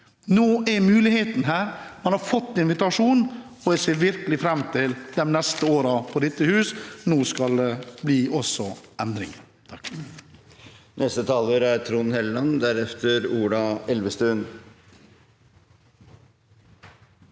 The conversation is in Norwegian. Nå er muligheten her, man har fått invitasjon, og jeg ser virkelig fram til de neste årene i dette hus. Nå skal det også bli endringer.